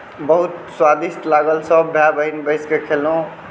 बहुत स्वादिष्ट लागल सब भाय बहिन बैस कऽ खेलहुँ